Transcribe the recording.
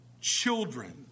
children